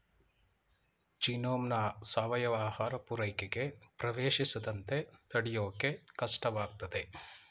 ಜೀನೋಮ್ನ ಸಾವಯವ ಆಹಾರ ಪೂರೈಕೆಗೆ ಪ್ರವೇಶಿಸದಂತೆ ತಡ್ಯೋಕೆ ಕಷ್ಟವಾಗ್ತದೆ